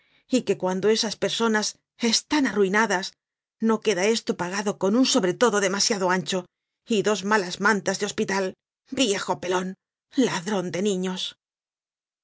y que cuando esas personas están arruinadas no queda esto pagado con un sobretodo demasiado ancho y dos malas mantas de hospital viejo pelon ladron de niños